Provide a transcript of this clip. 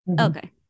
Okay